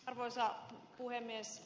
arvoisa puhemies